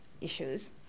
issues